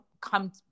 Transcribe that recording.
come